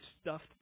stuffed